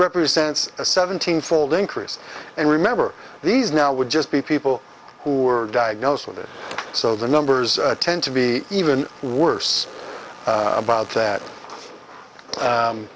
represents a seventeen fold increase and remember these now would just be people who are diagnosed with it so the numbers tend to be even worse about that